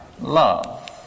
love